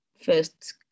first